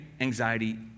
anxiety